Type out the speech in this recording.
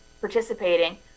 participating